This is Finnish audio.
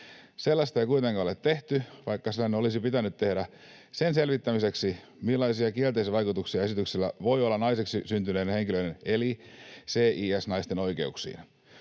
Sellaista ei kuitenkaan ole tehty, vaikka se olisi pitänyt tehdä sen selvittämiseksi, millaisia kielteisiä vaikutuksia esityksellä voi olla naiseksi syntyneiden henkilöiden eli cis-naisten oikeuksiin.